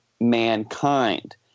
mankind